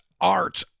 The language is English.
art